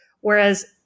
Whereas